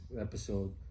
episode